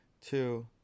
two